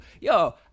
Yo